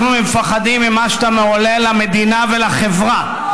אנחנו מפחדים ממה שאתה מעולל למדינה ולחברה,